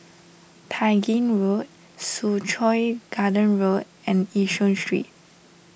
Tai Gin Road Soo Chow Garden Road and Yishun Street